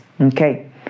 Okay